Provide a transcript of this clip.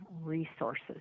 resources